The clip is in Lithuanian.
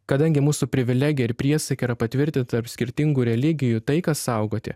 kadangi mūsų privilegija ir priesaika yra patvirtinta skirtingų religijų taiką saugoti